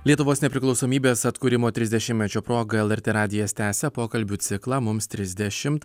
lietuvos nepriklausomybės atkūrimo trisdešimtmečio proga lrt radijas tęsia pokalbių ciklą mums trisdešimt